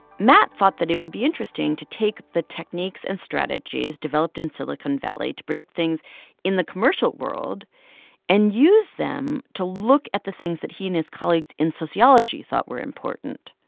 matt thought that it would be interesting to take the techniques and strategies developed in silicon valley to predict things in the commercial world and use them to look at the things that he and his colleagues in sociology thought were important,